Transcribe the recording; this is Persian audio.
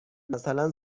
مثلا